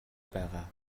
байгаа